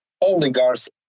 oligarchs